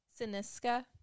Siniska